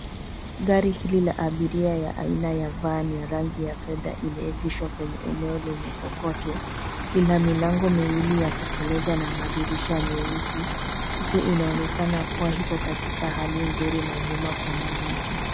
Gari hili la abiria ya aina ya van ya rangi ya fedha imeegeshwa kwenye eneo lenye kokoto. Lina milango miwili ya kuteleza na madirisha meusi, huku inaonekana kuwa iko katika hali nzuri na nyuma kuna miti.